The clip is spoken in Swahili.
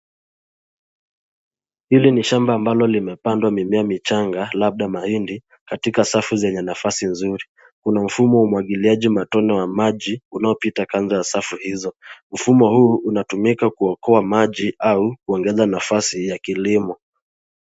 Hili ni shamba ambalo limepandwa mimea michanga labda mahindi katika safu zenye nafasi nzuri. Kuna ufumo wa umwagiliaji matone wa maji unaopita kando ya safu hizo. ufumo huu unatumika kuokoa maji au kuongeza nafasi ya kilimo.